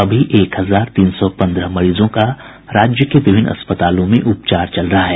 अभी एक हजार तीन सौ पन्द्रह मरीजों का राज्य के विभिन्न अस्पतालों में उपचार चल रहा है